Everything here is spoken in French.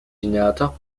générateurs